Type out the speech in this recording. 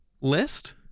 list